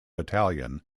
italian